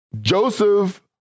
Joseph